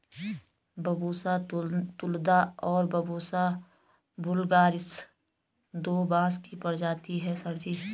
Bambusa तुलदा और बंबूसा वुल्गारिस दो बांस की प्रजातियां हैं सर जी